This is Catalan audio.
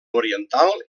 oriental